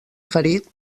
ferit